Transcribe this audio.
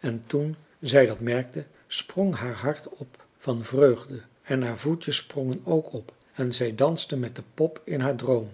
en toen zij dat merkte sprong haar hart op van vreugde en haar voetjes sprongen ook op en zij danste met de pop in haar droom